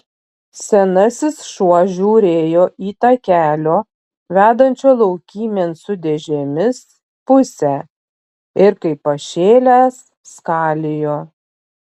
senasis šuo žiūrėjo į takelio vedančio laukymėn su dėžėmis pusę ir kaip pašėlęs skalijo